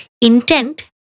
intent